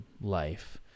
life